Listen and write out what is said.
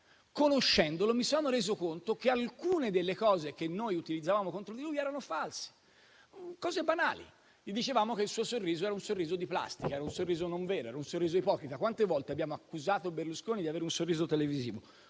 Conoscendolo, mi sono reso conto che alcune delle cose che noi utilizzavamo contro di lui erano false, erano banali. Gli dicevamo che il suo sorriso era di plastica, un sorriso non vero, un sorriso ipocrita. Quante volte abbiamo accusato Berlusconi di avere un sorriso televisivo?